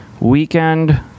weekend